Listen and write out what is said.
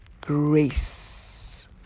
grace